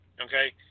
Okay